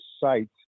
site